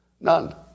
None